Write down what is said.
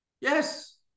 Yes